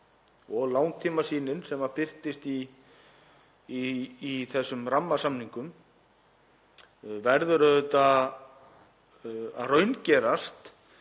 og langtímasýnin sem birtist í þessum rammasamningum, verður að raungerast